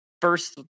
first